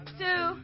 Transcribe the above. two